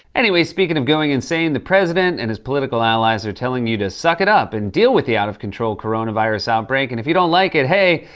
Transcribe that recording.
anyway, speaking of going insane, the president and his political allies are telling you to suck it up and deal with the out-of-control coronavirus outbreak and, if you don't like it, hey,